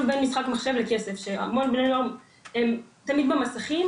המון בני נוער תמיד במסכים